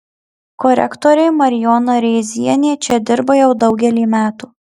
korektorė marijona rėzienė čia dirba jau daugelį metų